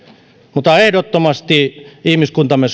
ehdottomasti ihmiskuntamme